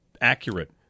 accurate